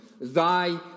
Thy